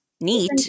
neat